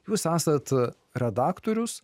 jūs esat redaktorius